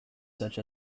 such